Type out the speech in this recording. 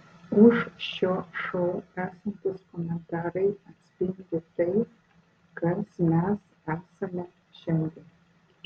už šio šou esantys komentarai atspindi tai kas mes esame šiandien